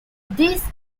this